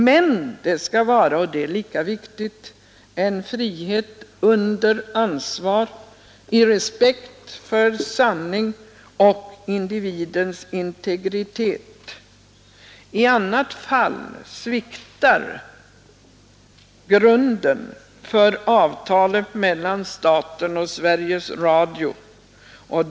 Men det skall vara — och det är lika viktigt — en frihet under ansvar, i respekt för sanning och individens integritet. I annat fall sviktar grunden för avtalet mellan staten och Sveriges Radio.